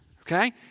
okay